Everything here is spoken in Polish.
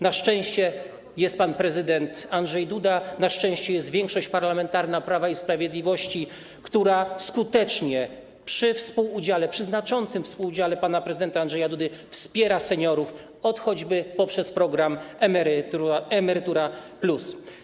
Na szczęście jest pan prezydent Andrzej Duda, na szczęście jest większość parlamentarna Prawa i Sprawiedliwości, która skutecznie przy współudziale, przy znaczącym współudziale pana prezydenta Andrzeja Dudy wspiera seniorów, choćby poprzez program „Emerytura+”